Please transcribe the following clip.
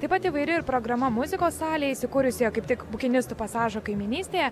taip pat įvairi ir programa muzikos salėj įsikūrusioje kaip tik bukinistų pasažo kaimynystėje